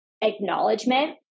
acknowledgement